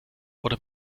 oder